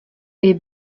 est